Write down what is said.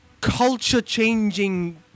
culture-changing